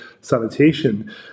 sanitation